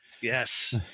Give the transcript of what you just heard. Yes